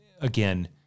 again